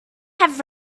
have